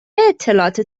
اطلاعات